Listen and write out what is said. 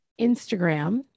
instagram